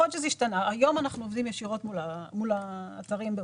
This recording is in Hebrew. היום אנחנו עובדים ישירות מול האתרים ברוסית.